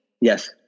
Yes